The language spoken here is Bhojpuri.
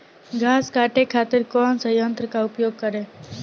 घास काटे खातिर कौन सा यंत्र का उपयोग करें?